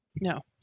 No